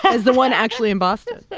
as the one actually in boston?